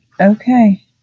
Okay